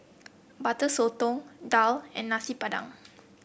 Butter Sotong daal and Nasi Padang